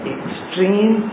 Extreme